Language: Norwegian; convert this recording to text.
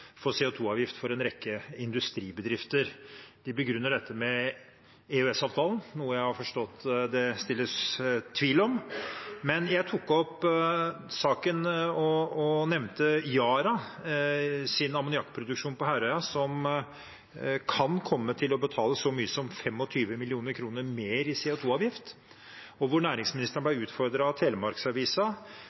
2 -avgift for en rekke industribedrifter. De begrunner dette med EØS-avtalen, noe jeg har forstått det sås tvil om. Men jeg tok opp saken og nevnte Yaras ammoniakkproduksjon på Herøya, som kan komme til å betale så mye som 25 mill. kr mer i CO 2 -avgift. Næringsministeren ble utfordret på dette av